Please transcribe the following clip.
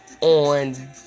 on